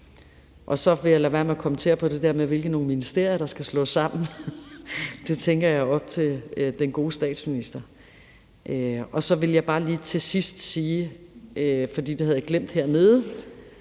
Jeg vil lade være med at kommentere på, hvilke ministerier der skal slås sammen. Det tænker jeg er op til statsministeren. Så vil jeg bare lige til sidst sige noget andet, for det havde jeg glemt. Det er